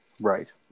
Right